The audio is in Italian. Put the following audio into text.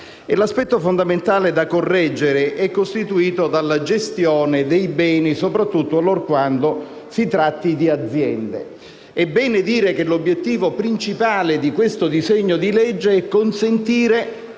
L'aspetto fondamentale da correggere è costituito dalla gestione dei beni, soprattutto allorquando si tratti di aziende. È bene dire che l'obiettivo principale di questo disegno di legge è consentire